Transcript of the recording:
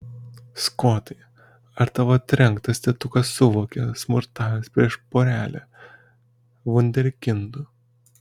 skotai ar tavo trenktas tėtukas suvokė smurtavęs prieš porelę vunderkindų